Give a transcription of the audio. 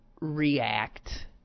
react